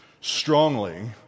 Strongly